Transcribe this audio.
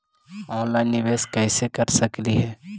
Online निबेस कैसे कर सकली हे?